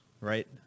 right